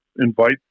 invite